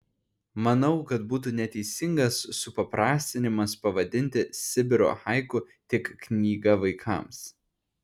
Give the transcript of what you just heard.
manau kad būtų neteisingas supaprastinimas pavadinti sibiro haiku tik knyga vaikams